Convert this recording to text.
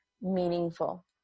meaningful